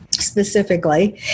Specifically